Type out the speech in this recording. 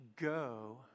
go